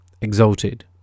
exalted